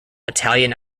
italian